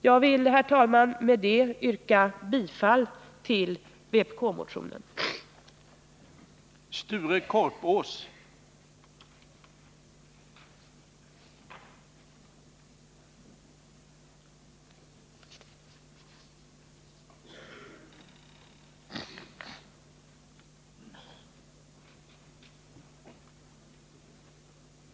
Jag vill, herr talman, med detta hemställa om bifall till yrkande 7 i vpk-motionen 415.